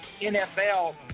NFL